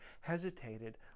hesitated